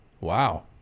Wow